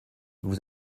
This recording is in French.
vous